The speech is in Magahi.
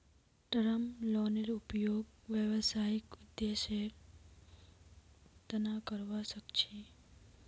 टर्म लोनेर उपयोग व्यावसायिक उद्देश्येर तना करावा सख छी